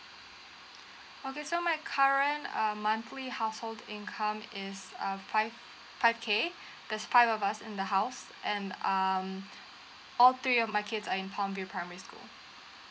okay so my current um monthly household income is uh five five K there's five of us in the house and um all three of my kids are in prompfree primary school